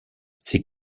ces